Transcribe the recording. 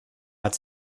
hat